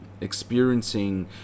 experiencing